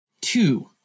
Two